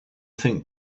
think